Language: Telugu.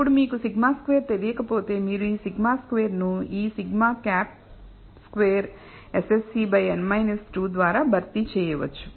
ఇప్పుడు మీకు σ2 తెలియకపోతే మీరు ఈ σ2 ను ఈ σ̂2 SSE n 2 ద్వారా భర్తీ చేయవచ్చు